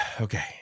Okay